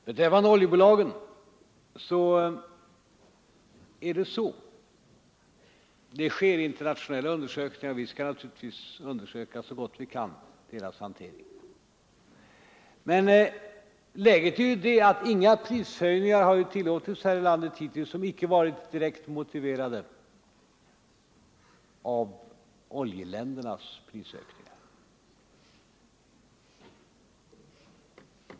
När det gäller oljebolagen sker det internationella undersökningar och vi skall naturligtvis också så gott vi kan undersöka deras hantering. Men läget är ju det att vi här i landet inte tillåtit några prishöjningar som inte varit direkt motiverade av oljeländernas prishöjningar.